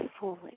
fully